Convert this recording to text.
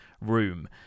room